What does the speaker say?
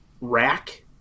rack